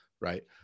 Right